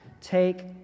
take